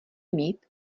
mít